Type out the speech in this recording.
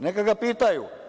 Neka ga pitaju.